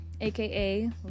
aka